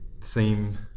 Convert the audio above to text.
theme